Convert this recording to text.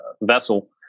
vessel